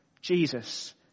Jesus